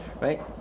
right